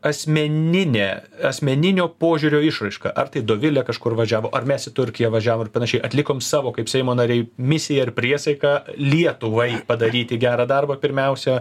asmeninė asmeninio požiūrio išraiška ar tai dovilė kažkur važiavo ar mes į turkiją važiavo ir panašiai atlikom savo kaip seimo nariai misiją ir priesaiką lietuvai padaryti gerą darbą pirmiausia